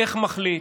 איך מחליט,